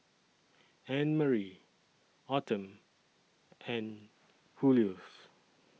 Annmarie Autumn and